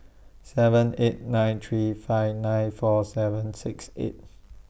seven eight nine three five nine four seven six eight